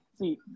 See